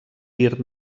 dir